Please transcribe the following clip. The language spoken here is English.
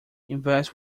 invest